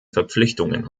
verpflichtungen